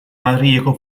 madrileko